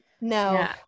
No